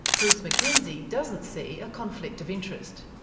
bruce mackenzie doesn't see a conflict of interest.